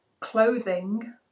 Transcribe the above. clothing